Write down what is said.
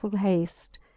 haste